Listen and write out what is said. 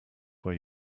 where